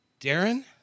Darren